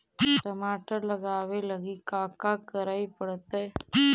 टमाटर लगावे लगी का का करये पड़तै?